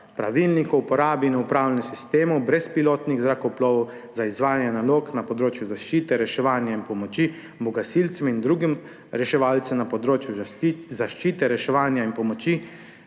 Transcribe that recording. Pravilnik o uporabi in upravljanju sistemov brezpilotnih zrakoplovov za izvajanje nalog na področju zaščite, reševanja in pomoči bo gasilcem in drugim reševalcem na področju zaščite, reševanja in pomoči